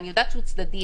אני יודעת שהוא צדדי,